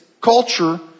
culture